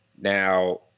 Now